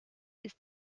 ist